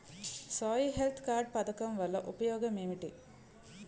Soil health card పథకం వల్ల ఉపయోగం ఏంటి?